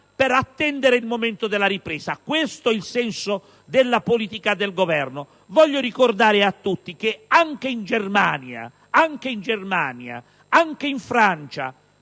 per attendere il momento della ripresa; questo è il senso della politica del Governo. Voglio ricordare a tutti che anche in Germania, in Francia, vieppiù in